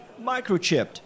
microchipped